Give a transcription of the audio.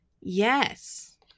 Yes